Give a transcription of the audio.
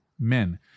men